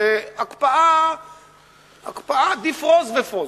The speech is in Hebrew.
זו הקפאה defroze ו-froze,